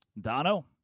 Dono